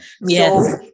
yes